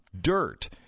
dirt